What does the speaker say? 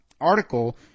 article